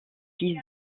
fils